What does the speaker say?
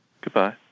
Goodbye